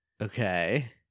Okay